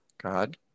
God